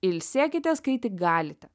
ilsėkitės kai tik galite